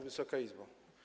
Wysoka Izbo!